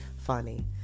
funny